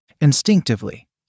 Instinctively